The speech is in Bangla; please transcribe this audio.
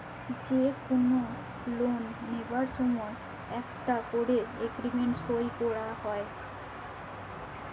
যে কুনো লোন লিবার সময় একটা কোরে এগ্রিমেন্ট সই কোরা হয়